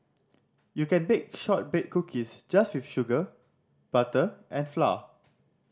you can bake shortbread cookies just with sugar butter and flour